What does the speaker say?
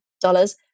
dollars